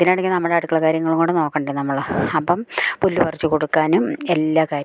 ഇതിനിടക്ക് നമ്മളടുക്കള കാര്യങ്ങളും കൂടി നോക്കണ്ടേ നമ്മൾ അപ്പം പുല്ല് പറിച്ച് കൊടുക്കാനും എല്ലാ കാര്യങ്ങളും